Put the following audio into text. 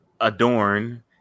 Adorn